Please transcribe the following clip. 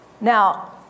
Now